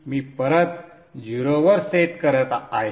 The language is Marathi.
मी परत 0 वर सेट करत आहे